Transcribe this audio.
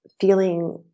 feeling